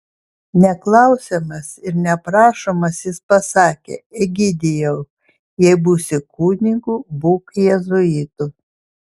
neklausiamas ir neprašomas jis pasakė egidijau jei būsi kunigu būk jėzuitu